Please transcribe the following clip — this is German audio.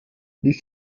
ließ